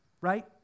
right